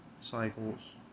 cycles